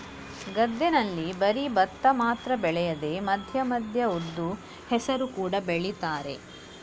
ಗದ್ದೆನಲ್ಲಿ ಬರೀ ಭತ್ತ ಮಾತ್ರ ಬೆಳೆಯದೆ ಮಧ್ಯ ಮಧ್ಯ ಉದ್ದು, ಹೆಸರು ಕೂಡಾ ಬೆಳೀತಾರೆ